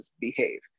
behave